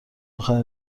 اخرین